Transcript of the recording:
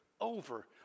over